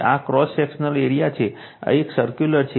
આ તે cross sectional area છે આ એક સર્કુલર છે